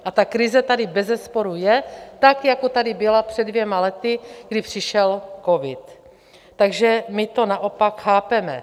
A ta krize tady bezesporu je tak, jako tady byla před dvěma lety, kdy přišel covid, takže my to naopak chápeme.